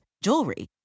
jewelry